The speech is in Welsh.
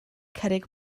cerrig